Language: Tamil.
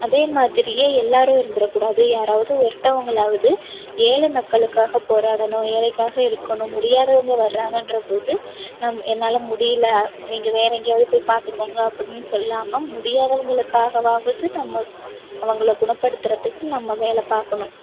அதே மாதிரியே எல்லாரும் இருந்துரக் கூடாது யாராவது ஒருத்தவங்களாவது ஏழை மக்களுக்காக போறாடணும் ஏழைக்காக இருக்கணும் முடியாதவங்க வராங்கன்ற போது நம் என்னால் முடியல நீங்கள் வேறு எங்கேயாவது போய் பார்த்துக்கோங்க அப்படின்னு சொல்லாமல் முடியாதவங்களுக்காகவாவது நம்ம அவங்களை குணப்படுத்துறதுக்கு நம்ம வேலை பார்க்கணும்